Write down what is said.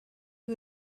you